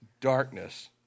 darkness